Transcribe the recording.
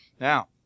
Now